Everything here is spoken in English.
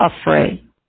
afraid